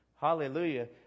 Hallelujah